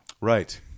right